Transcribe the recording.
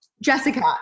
Jessica